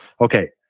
okay